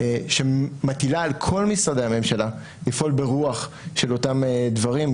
שמטילה על כל משרדי הממשלה לפעול ברוח של אותם דברים,